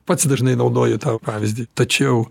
pats dažnai naudoju tavo pavyzdį tačiau